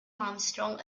armstrong